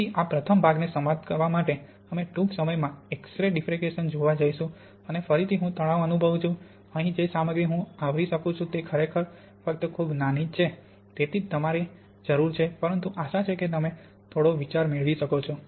તેથી આ પ્રથમ ભાગને સમાપ્ત કરવા માટે અમે ટૂંક સમયમાં એક્સ રે ડીફ્રકસન જોવા જઈશું અને ફરીથી હું તણાવ અનુભવું છું અહીં જે સામગ્રી હું આવરી શકું છું તે ખરેખર ફક્ત ખૂબ જ નાની છે જેની તમારે જરૂર છે પરંતુ આશા છે કે તમે થોડો વિચાર મેળવી શકો છો